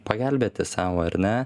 pagelbėti sau ar ne